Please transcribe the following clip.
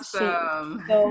awesome